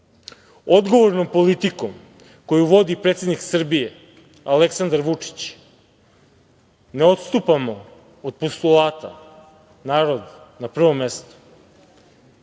Odgovornom politikom koju vodu predsednik Srbije Aleksandar Vučić ne odstupamo od postulata – narod na prvom mestu. To